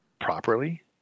properly